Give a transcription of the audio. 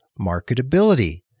marketability